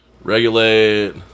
regulate